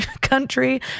country